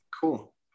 cool